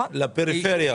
לפריפריה.